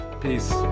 Peace